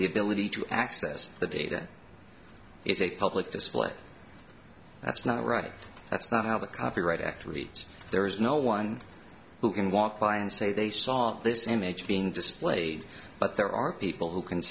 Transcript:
the ability to access the data is a public display that's not right that's not how the copyright act reads there is no one who can walk by and say they saw this image being displayed but there are people who can